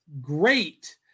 great